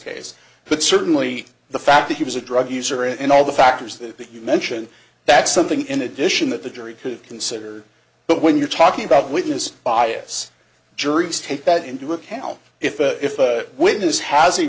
case but certainly the fact that he was a drug user and all the factors that you mention that's something in addition that the jury could consider but when you're talking about witness bias juries take that into account if if a witness has a